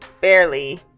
barely